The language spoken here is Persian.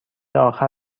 آخر